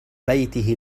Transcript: بيته